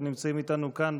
שנמצאים איתנו כאן,